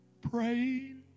praying